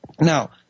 Now